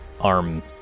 arm